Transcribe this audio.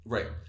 Right